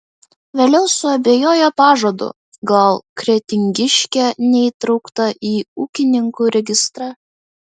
vėliau suabejojo pažadu gal kretingiškė neįtraukta į ūkininkų registrą